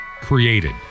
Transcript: created